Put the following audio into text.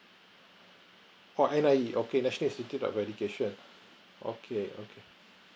oh N_I_E okay national institute of education okay okay